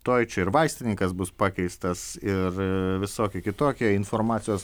tuoj čia ir vaistininkas bus pakeistas ir visokie kitokie informacijos